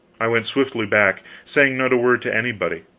i went swiftly back, saying not a word to anybody.